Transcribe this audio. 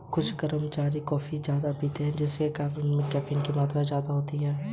कुछ कर्मचारी श्रेय प्राप्त करने के लिए गलत रास्ते चुनते हैं